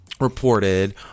reported